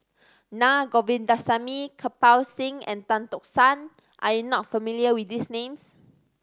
Na Govindasamy Kirpal Singh and Tan Tock San are you not familiar with these names